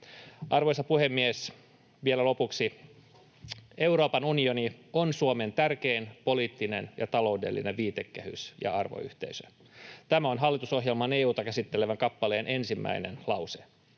Arvoisa puhemies! Vielä lopuksi: ”Euroopan unioni on Suomen tärkein poliittinen ja taloudellinen viitekehys ja arvoyhteisö.” Tämä on hallitusohjelman EU:ta käsittelevän kappaleen ensimmäinen lause.